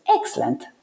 excellent